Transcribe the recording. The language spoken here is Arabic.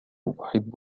أحب